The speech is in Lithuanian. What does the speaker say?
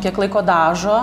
kiek laiko dažo